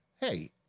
hey